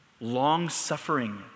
long-suffering